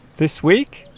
this week